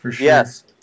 yes